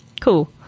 cool